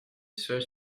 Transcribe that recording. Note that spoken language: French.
seule